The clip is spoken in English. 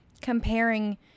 comparing